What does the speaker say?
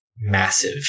Massive